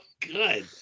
good